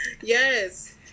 Yes